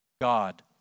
God